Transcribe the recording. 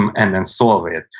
um and then solve it.